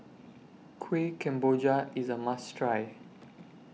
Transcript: Kueh Kemboja IS A must Try